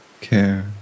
care